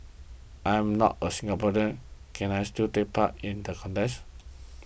I am not a Singaporean can I still take part in the contest